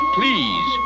please